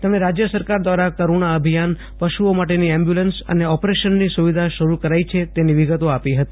તેમણે રાજ્ય સરકાર દ્વારા કરૂશા અભિયાન પશુઓ માટેની એમ્બ્યુલન્સ અને ઓપરેશનની સુવિધા શરૂ કરાઇ છે જેની વિગતો આપી હતી